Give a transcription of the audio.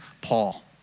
Paul